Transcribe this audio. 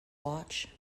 watch